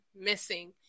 missing